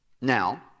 Now